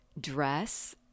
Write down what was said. dress